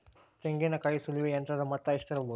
ತೆಂಗಿನಕಾಯಿ ಸುಲಿಯುವ ಯಂತ್ರದ ಮೊತ್ತ ಎಷ್ಟಿರಬಹುದು?